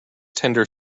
tender